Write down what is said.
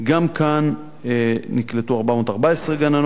גם כאן נקלטו 414 גננות.